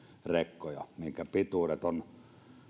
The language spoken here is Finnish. joiden pituus on